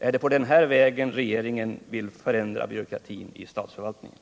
Är det på den här vägen regeringen vill förändra byråkratin i statsförvaltningen?